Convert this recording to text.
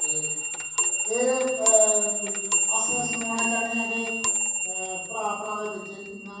ते एह् अस सनाना चाह्न्ने आं कि भ्रा भ्रा दे बिच इन्ना